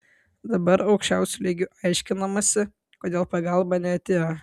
dabar aukščiausiu lygiu aiškinamasi kodėl pagalba neatėjo